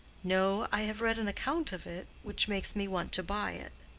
no. i have read an account of it, which makes me want to buy it.